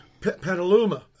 Petaluma